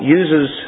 uses